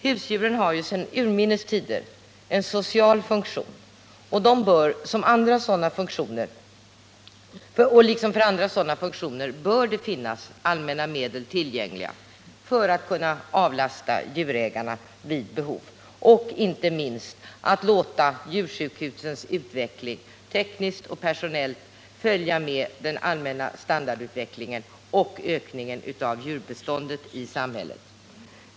Husdjuren har sedan urminnes tider en social funktion, och liksom för andra sådana funktioner bör det finnas allmänna medel tillgängliga för att vid behov avlasta djurägarna, och inte minst att låta djursjukhusens utveckling tekniskt och personellt följa med i den allmänna standardutvecklingen och ökningen av djurbeståndet i samhället.